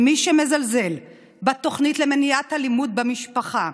מי שמזלזל בתוכנית למניעת אלימות במשפחה,